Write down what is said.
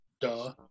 duh